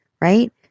right